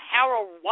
Harold